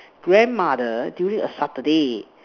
grandmother during a Saturday